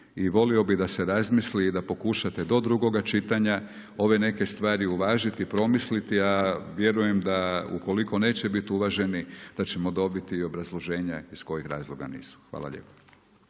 volio bi da se razmisli i da pokušate do drugoga čitanja, ove neke stvari uvažiti, promisliti, a vjerujem da ukoliko neće biti uvaženi, da ćemo dobiti i obrazloženje iz kojeg razloga nisu. Hvala lijepo.